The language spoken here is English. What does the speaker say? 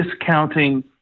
discounting